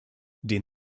den